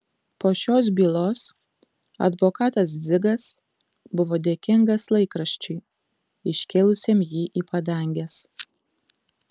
po šios bylos advokatas dzigas buvo dėkingas laikraščiui iškėlusiam jį į padanges